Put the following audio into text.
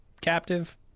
captive